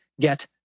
get